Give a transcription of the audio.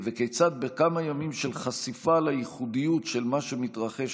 וכיצד בכמה ימים של חשיפה לייחודיות של מה שמתרחש